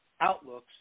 outlooks